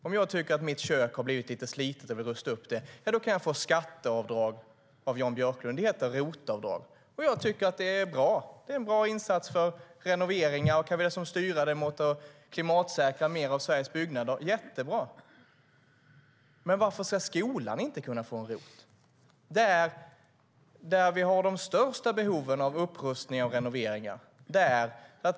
Om jag tycker att mitt kök har blivit slitet och vill rusta upp det kan jag få skatteavdrag av Jan Björklund, nämligen ROT-avdrag. Det är en bra insats för renoveringar, och kan vi dessutom styra det mot att klimatsäkra fler av Sveriges byggnader är det jättebra. Varför ska skolan inte kunna få ROT-avdrag? Här har vi de största behoven av upprustning och renovering.